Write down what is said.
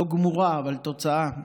לא גמורה, אבל תוצאה.